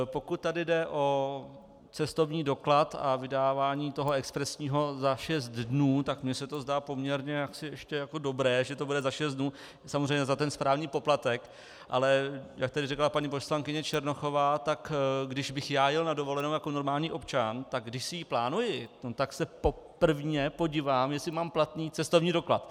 Pokud jde o cestovní doklad a vydávání toho expresního za šest dnů, tak mně se to zdá jako poměrně ještě dobré, že to bude za šest dnů, samozřejmě za ten správní poplatek, ale jak tady řekla paní poslankyně Černochová, tak když bych já jel na dovolenou jako normální občan, tak když si ji plánuji, tak se prvně podívám, jestli mám platný cestovní doklad.